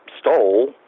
stole